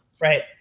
right